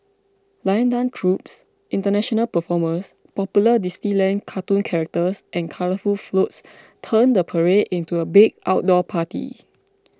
lion dance troupes international performers popular Disneyland cartoon characters and colourful floats turn the parade into a big outdoor party